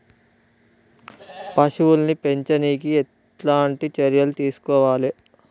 పశువుల్ని పెంచనీకి ఎట్లాంటి చర్యలు తీసుకోవాలే?